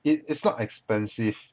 it is not expensive